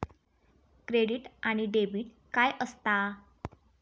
Credit आणि debit काय असता?